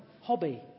hobby